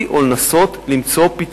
לנסות לעשות רווח פוליטי,